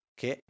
che